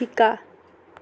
শিকা